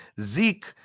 Zeke